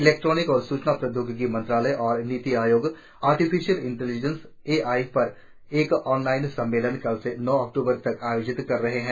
electronics और सूचना प्रौद्योगिकी मंत्रालय और NITI Aayog artificial intelligence A I पर एक ऑन लाइन सम्मेलन कल से नौ अक्टूबर तक आयोजित कर रहे हैं